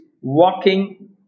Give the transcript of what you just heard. walking